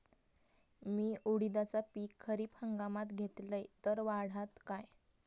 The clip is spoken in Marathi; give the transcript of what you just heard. मी उडीदाचा पीक खरीप हंगामात घेतलय तर वाढात काय?